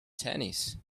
tennis